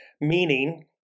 meaning